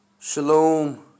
Shalom